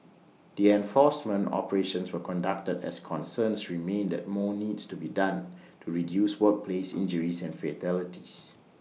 the enforcement operations were conducted as concerns remain that more needs to be done to reduce workplace injuries and fatalities